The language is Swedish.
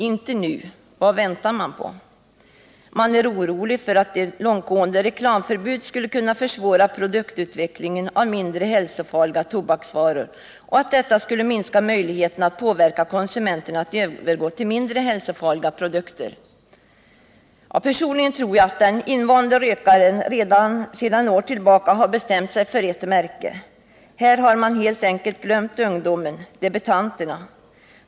Inte nu — vad väntar man på? Man är orolig för att ett långtgående reklamförbud skulle kunna försvåra produktutveckling i riktning mot mindre hälsofarliga tobaksvaror och att detta skulle minska möjligheterna att påverka konsumenterna att övergå till mindre hälsofarliga produkter. Personligen tror jag, att den invande rökaren redan sedan år tillbaka har bestämt sig för ett märke och att man här helt enkelt har glömt ungdomen — debutanterna.